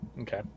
Okay